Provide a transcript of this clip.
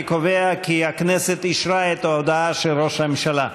אני קובע כי הכנסת אישרה את ההודעה של ראש הממשלה.